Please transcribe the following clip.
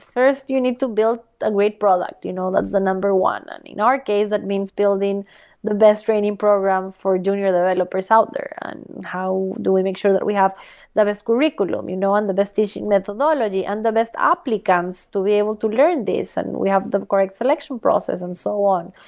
first, you need to build a great product. you know that's the number one. in our case, that means building the best training program for junior developers out there and how do we make sure that we have the best curriculum you know and the best teaching methodology and the best applicants to be able to learn this and we have the correct selection process and so on.